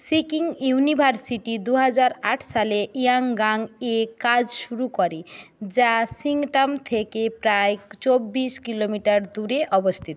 Sikkim university দুহাজার আট সালে ইয়াংগাংয়ে কাজ শুরু করে যা সিংটাম থেকে প্রায় চব্বিশ কিলোমিটার দূরে অবস্থিত